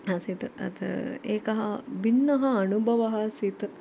आसीत् अतः एकः भिन्नः अनुभवः आसीत्